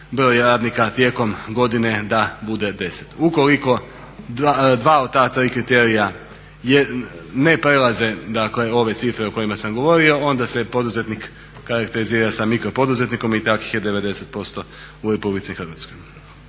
broj radnika tijekom godine da bude 10. Ukoliko dva od ta tri kriterija ne prelaze dakle ove cifre o kojima sam govorio onda se poduzetnik karakterizira sa mikropoduzetnikom i takvih je 90% u RH. Ovim zakonom